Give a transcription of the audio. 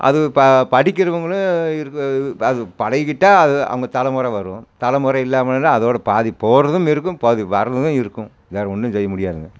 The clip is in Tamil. அது ப படிக்கின்றவங்களும் இருக்குது அது பழகிக்கிட்டால் அது அவங்க தலைமுற வரும் தலைமுறை இல்லாமல்னா அதோட பாதி போகிறதும் இருக்கும் பாதி வர்றதும் இருக்கும் வேறு ஒன்றும் செய்ய முடியாதுங்க